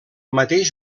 mateix